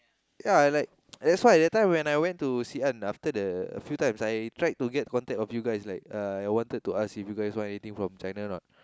ya and like that's why that time when I went to Xi An after the few times I tried to get contact of you guys like uh I wanted to ask if you guys wanted anything from China or not